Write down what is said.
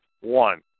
one